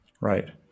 Right